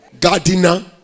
gardener